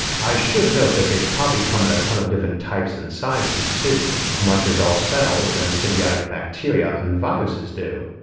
i should note that they'd probably come in a ton of different types and sizes too, much as our cells and symbiotic bacteria and viruses do,